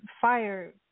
fire